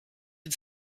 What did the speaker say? had